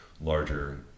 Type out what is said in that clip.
larger